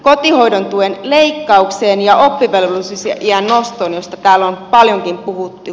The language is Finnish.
kotihoidon tuen leikkaukseen ja oppivelvollisuusiän nostoon josta täällä on paljonkin puhuttu